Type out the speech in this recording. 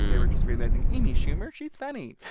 they were just realizing amy schumer she's funny.